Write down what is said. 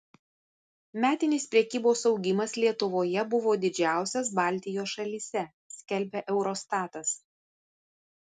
metinis prekybos augimas lietuvoje buvo didžiausias baltijos šalyse skelbia eurostatas